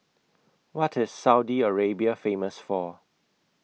What IS Saudi Arabia Famous For